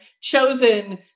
chosen